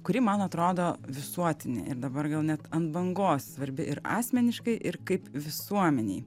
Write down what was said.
kuri man atrodo visuotinė ir dabar gal net ant bangos svarbi ir asmeniškai ir kaip visuomenei